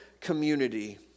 community